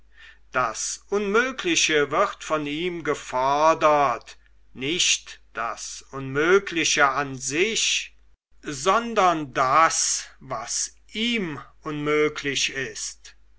das unmögliche wird von ihm gefordert nicht das unmögliche an sich sondern das was ihm unmöglich ist